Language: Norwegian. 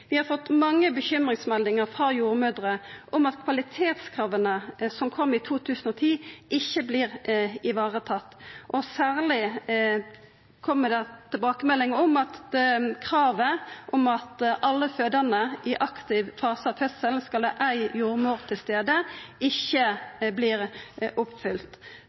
Vi har fått mange bekymringsmeldingar frå jordmødrer om at kvalitetskrava som kom i 2010, ikkje vert varetekne, og særleg kjem det tilbakemeldingar om at kravet om at alle fødande i aktiv fase av fødselen skal ha ei jordmor til stades, ikkje vert oppfylt.